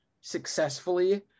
successfully